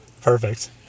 Perfect